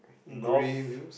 North